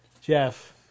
Jeff